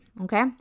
okay